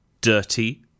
Dirty